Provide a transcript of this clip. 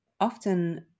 Often